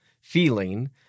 feeling